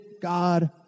God